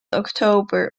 october